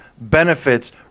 benefits